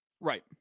Right